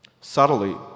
subtly